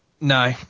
No